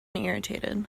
irritated